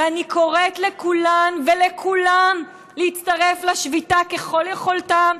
ואני קוראת לכולן ולכולם להצטרף לשביתה ככל יכולתם,